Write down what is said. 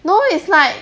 no it's like